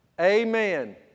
Amen